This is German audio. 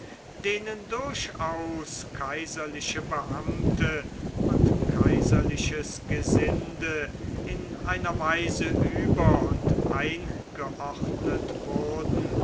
denen durchaus kaiserliche beamte und kaiserliches gesinde in einer weise über und eingeordnet wurden